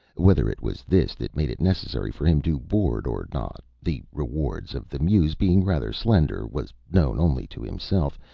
whether it was this that made it necessary for him to board or not, the rewards of the muse being rather slender, was known only to himself,